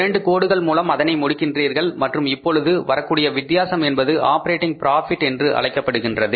இரண்டு கோடுகள் மூலம் அதனை முடிக்கின்றீர்கள் மற்றும் இப்பொழுது வரக்கூடிய வித்தியாசம் என்பது ஆப்பரேட்டிங் ப்ராபிட் என்று அழைக்கப்படுகின்றது